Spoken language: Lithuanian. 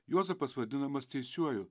juozapas vadinamas teisiuoju